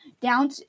down